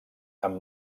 amb